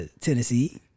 Tennessee